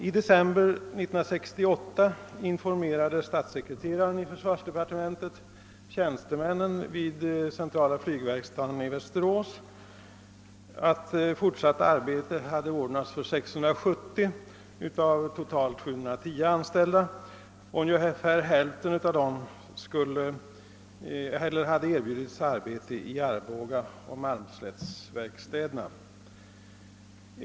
I december 1968 informerade statssekreteraren i försvarsdepartementet CVV:s tjänstemän om att fortsatt arbete hade ordnats för 670 av totalt 710 anställda; ungefär hälften av dem hade erbjudits arbete vid Arbogaoch Malmslättsverkstäderna.